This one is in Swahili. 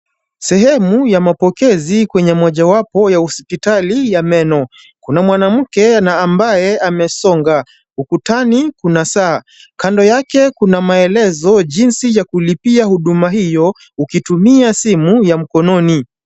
Sehemu ya mapokezi kwenye moja wapo ya hospitali ya meno, kuna mwanamke ambaye amesonga. Ukutani kuna saa, kando yake kuna maelezo ya jinsi kulipia huduma hiyo ukitumia simu ya mkononi.